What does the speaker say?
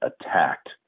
attacked